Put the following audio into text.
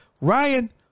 Ryan